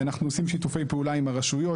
אנחנו עושים שיתופי פעולה עם הרשויות.